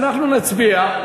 אנחנו נצביע,